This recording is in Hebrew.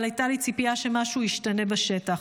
אבל הייתה לי ציפייה שמשהו ישתנה בשטח,